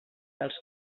dels